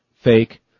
fake